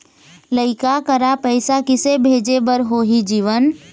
लइका करा पैसा किसे भेजे बार होही जीवन